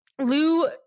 lou